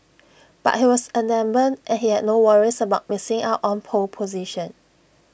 but he was adamant and he had no worries about missing out on pole position